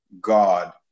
God